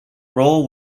role